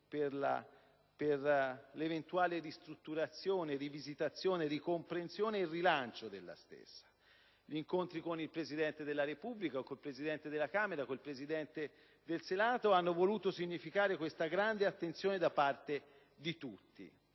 per l'eventuale ristrutturazione, rivisitazione, ricomprensione e rilancio della stessa. Gli incontri con il Presidente della Repubblica, con il Presidente della Camera e con il Presidente del Senato hanno voluto significare questa grande attenzione da parte di tutti.